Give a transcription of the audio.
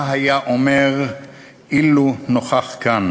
מה היה אומר אילו נכח כאן?